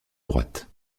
droite